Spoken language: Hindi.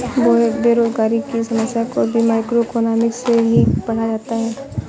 बेरोजगारी की समस्या को भी मैक्रोइकॉनॉमिक्स में ही पढ़ा जाता है